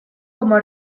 como